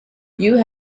you